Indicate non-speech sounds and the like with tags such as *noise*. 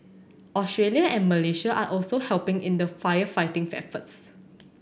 Australia and Malaysia are also helping in the firefighting *unintelligible* efforts